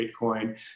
Bitcoin